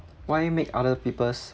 why make other people's